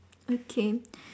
okay